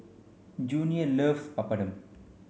Junior loves Papadum